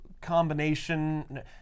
combination